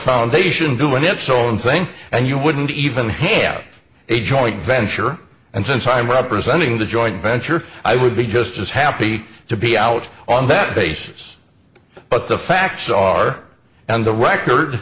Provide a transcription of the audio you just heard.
foundation doing its own thing and you wouldn't even have a joint venture and since i'm representing the joint venture i would be just as happy to be out on that basis but the facts are and the record